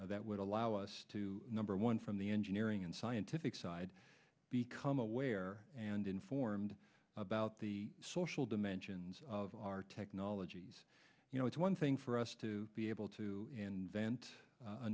that would allow us to number one from the engineering and scientific side become aware and informed about the social dimensions of our technologies you know it's one thing for us to be able to invent a